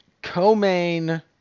co-main